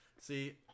See